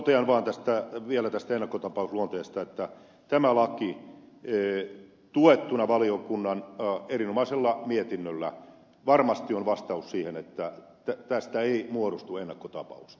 totean vaan vielä tästä ennakkotapausluonteesta että tämä laki tuettuna valiokunnan erinomaisella mietinnöllä varmasti on vastaus siihen että tästä ei muodostu ennakkotapausta